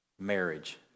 marriage